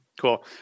cool